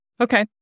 Okay